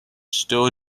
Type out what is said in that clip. still